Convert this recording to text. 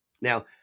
Now